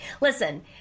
listen